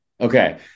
Okay